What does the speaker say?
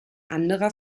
anderer